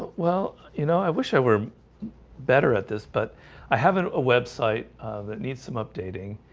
well, you know, i wish i were better at this, but i haven't a website that needs some updating